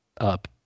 up